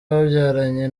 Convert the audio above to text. babyaranye